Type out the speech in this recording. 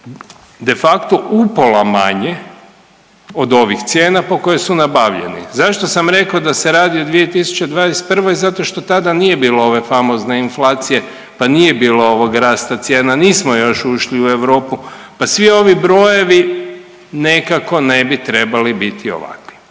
de facto upola manje od ovih cijena po kojoj su nabavljeni. Zašto sam rekao da se radi o 2021.? Zato što tada nije bilo ove famozne inflacije pa nije bilo ovog rasta cijena, nismo još ušli u Europu, pa svi ovi brojevi nekako ne bi trebali biti ovakvi.